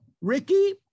Ricky